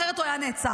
אחרת הוא היה נעצר.